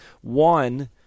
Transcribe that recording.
one